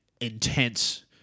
intense